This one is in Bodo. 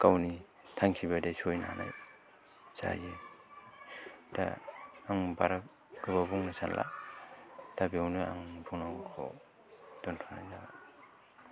गावनि थांखिबादि सहैनो हानाय जायो दा आं बारा गोबाव बुंनो सानला दा बेयावनो आं बुंनांगौखौ दोनथ'नाय जाबाय